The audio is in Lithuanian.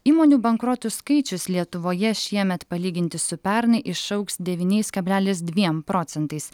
įmonių bankrotų skaičius lietuvoje šiemet palyginti su pernai išaugs devyniais kablelis dviem procentais